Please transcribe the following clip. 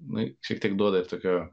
nu šiek tiek duoda ir tokio